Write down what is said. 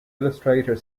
illustrator